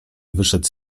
wyszedł